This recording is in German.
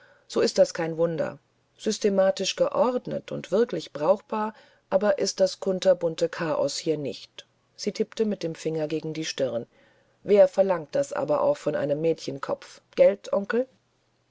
so ist das kein wunder systematisch geordnet und wirklich brauchbar aber ist das kunterbunte chaos hier nicht sie tippte mit dem finger gegen die stirn wer verlangt das aber auch von einem mädchenkopf gelt onkel